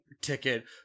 ticket